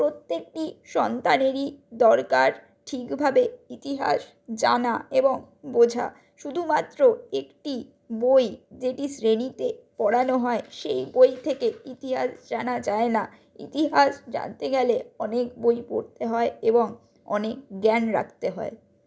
প্রত্যেকটি সন্তানেরই দরকার ঠিকভাবে ইতিহাস জানা এবং বোঝা শুধুমাত্র একটি বই যেটি শ্রেণীতে পড়ানো হয় সেই বই থেকে ইতিহাস জানা যায় না ইতিহাস জানতে গেলে অনেক বই পড়তে হয় এবং অনেক জ্ঞান রাখতে হয়